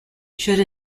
should